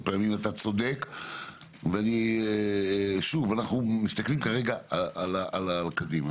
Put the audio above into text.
אתה צודק ושוב, אנחנו מסתכלים כרגע קדימה.